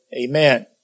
Amen